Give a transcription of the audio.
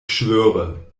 schwöre